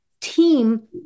team